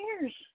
years